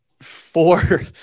four